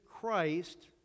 Christ